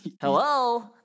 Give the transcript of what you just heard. hello